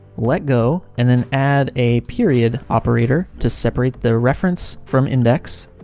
let go, and then add a period operator to separate the reference from index.